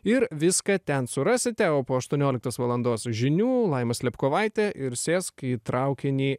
ir viską ten surasite o po aštuonioliktos valandos žinių laima slėpkovaitė ir sėsk į traukinį